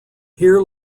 here